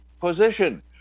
position